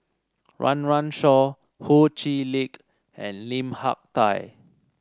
Run Run Shaw Ho Chee Lick and Lim Hak Tai